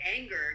anger